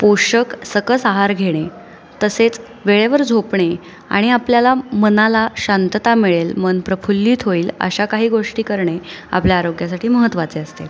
पोषक सकस आहार घेणे तसेच वेळेवर झोपणे आणि आपल्याला मनाला शांतता मिळेल मन प्रफुल्लीत होईल अशा काही गोष्टी करणे आपल्या आरोग्यासाठी महत्त्वाचे असते